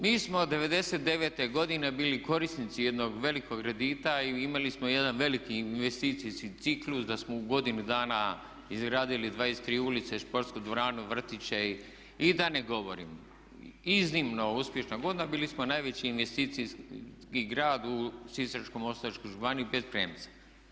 Mi smo '99. godine bili korisnici jednog velikog kredita i imali smo jedan veliki investicijski ciklus da smo u godinu dana izgradili 23 ulice, sportsku dvoranu, vrtiće i da ne govorim, iznimno uspješna godina bili smo najveći investicijski grad u Sisačko-moslavačkoj županiji bez premca.